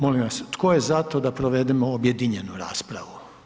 Molim vas tko je za to da provedemo objedinjenu raspravu?